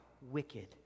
wicked